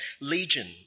Legion